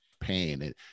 pain